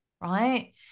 right